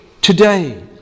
today